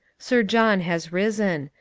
sir john has risen.